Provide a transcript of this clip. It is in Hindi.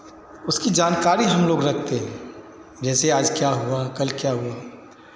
उसकी जानकारी हमलोग रखते हैं जैसे आज क्या हुआ कल क्या हुआ